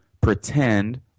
pretend